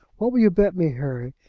what will you bet me, harry,